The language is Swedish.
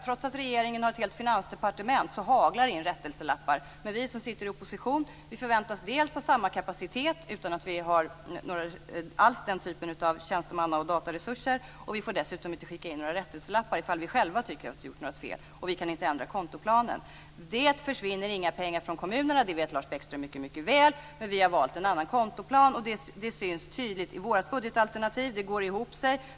Trots att regeringen har ett helt finansdepartement haglar det in rättelselappar, men vi som sitter i opposition förväntas ha samma kapacitet - utan att vi alls har den typen av tjänstemanna och dataresurser - och vi får dessutom inte skicka in några rättelselappar ifall vi själva tycker att vi gjort några fel. Vi kan inte heller ändra kontoplanen. Det försvinner inga pengar från kommunerna - det vet Lars Bäckström mycket väl - men vi har valt en annan kontoplan, och det syns tydligt i vårt budgetalternativ. Det går ihop sig.